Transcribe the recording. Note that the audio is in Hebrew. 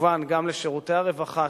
וכמובן גם לשירותי הרווחה,